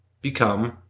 become